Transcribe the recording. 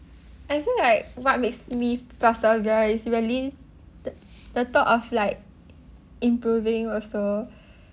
I think like what makes me persevere is really the the thought of like improving also